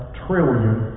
trillion